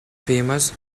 famous